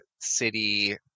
city